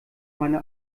meine